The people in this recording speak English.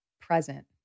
present